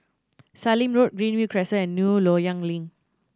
Sallim Road Greenview Crescent and New Loyang Link